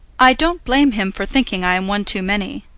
i don't blame him for thinking i am one too many.